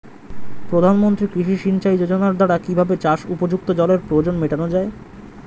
প্রধানমন্ত্রী কৃষি সিঞ্চাই যোজনার দ্বারা কিভাবে চাষ উপযুক্ত জলের প্রয়োজন মেটানো য়ায়?